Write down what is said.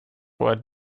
what